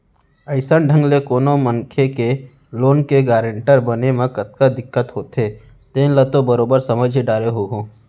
अइसन ढंग ले कोनो मनखे के लोन के गारेंटर बने म कतका दिक्कत होथे तेन ल तो बरोबर समझ ही डारे होहूँ